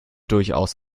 durchaus